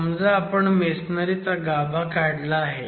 समजा आपण मेसनरी चा गाभा काढला आहे